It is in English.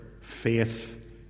faith